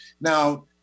now